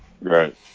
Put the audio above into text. Right